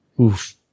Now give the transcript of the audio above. Oof